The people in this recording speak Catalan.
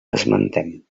esmentem